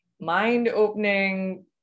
mind-opening